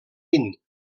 vint